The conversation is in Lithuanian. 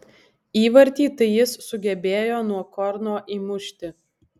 įvartį tai jis sugebėjo nuo korno įmušti